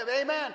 Amen